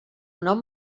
nom